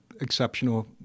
exceptional